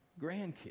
grandkids